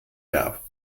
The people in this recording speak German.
verb